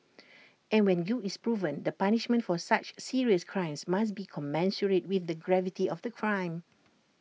and when guilt is proven the punishment for such serious crimes must be commensurate with the gravity of the crime